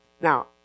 Now